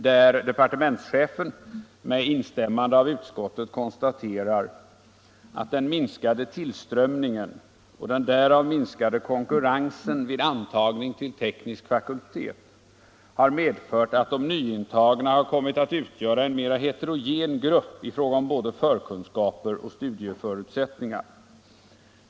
Både departementschefen och utskottet konstaterar att den minskade tillströmningen och den därav minskade konkurrensen vid antagningen till teknisk fakultet har medfört att de nyintagna har kommit att utgöra en mer heterogen grupp i fråga om både kunskaper och studieförutsättningar.